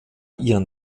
ihren